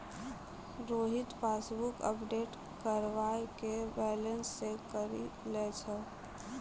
Rohit passbook update करबाय के balance check करि लै छै